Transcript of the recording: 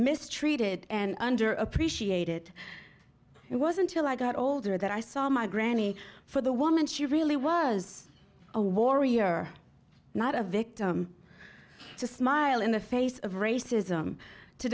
mistreated and under appreciated it was until i got older that i saw my granny for the woman she really was a warrior not a victim to smile in the face of racism to